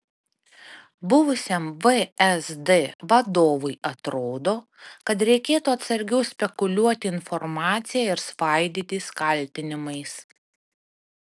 buvusiam vsd vadovui atrodo kad reikėtų atsargiau spekuliuoti informacija ir svaidytis kaltinimais